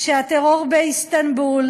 שהטרור באיסטנבול,